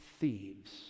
thieves